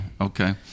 okay